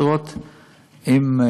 לראות אם,